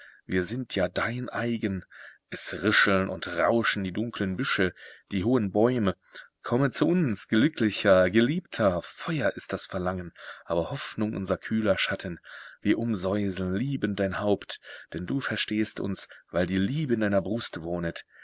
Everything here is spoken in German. wir sind ja dein eigen es rischeln und rauschen die dunklen büsche die hohen bäume komme zu uns glücklicher geliebter feuer ist das verlangen aber hoffnung unser kühler schatten wir umsäuseln liebend dein haupt denn du verstehst uns weil die liebe in deiner brust wohnet